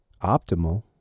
optimal